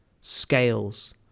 Scales